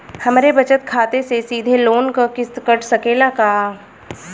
हमरे बचत खाते से सीधे लोन क किस्त कट सकेला का?